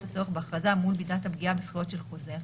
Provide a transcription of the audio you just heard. הצורך בהכרזה מול מידת הפגיעה בזכויות של חוזר,